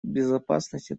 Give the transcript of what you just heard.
безопасности